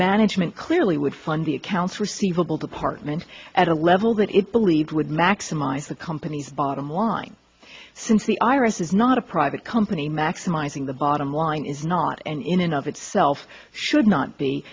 management clearly would fund the accounts receivable department at a level that it believed would maximize the company's bottom line since the iris is not a private company maximising the bottom line is not and in and of itself should not be